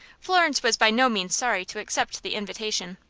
florence was by no means sorry to accept the invitation.